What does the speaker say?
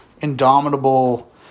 indomitable